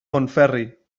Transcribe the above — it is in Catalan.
montferri